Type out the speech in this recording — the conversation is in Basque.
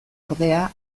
ordea